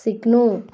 सिक्नु